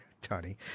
Tony